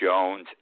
Jones